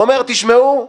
אומר תשמעו,